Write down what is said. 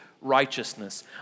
righteousness